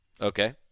Okay